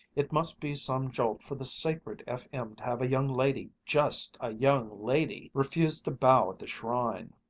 it must be some jolt for the sacred f m. to have a young lady, just a young lady, refuse to bow at the shrine.